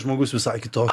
žmogus visai kitoks